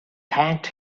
thanked